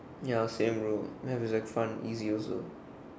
ya same bro math was like fun and easy also